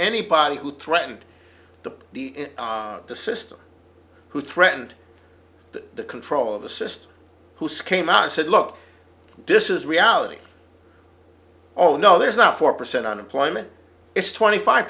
anybody who threatened to be in the system who threatened the control of the system who's came out and said look this is reality oh no there's not four percent unemployment it's twenty five